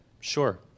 Sure